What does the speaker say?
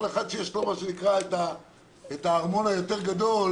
כל אחד שיש לו את מה שנקרא את הארמון היותר גדול,